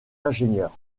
ingénieur